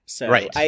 Right